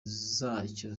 zacyo